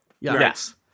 yes